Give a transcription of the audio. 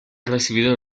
recibido